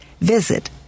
Visit